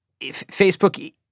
Facebook